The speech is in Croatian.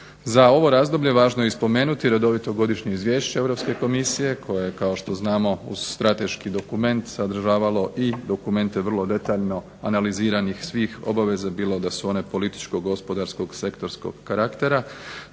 Za ovo razdoblje važno je i spomenuti redovito Godišnje izvješće Europske komisije koje je kao što znamo uz strateški dokument sadržavalo i dokumente vrlo detaljno analiziranih svih obaveza bilo da su one političko-gospodarskog sektorskog karaktera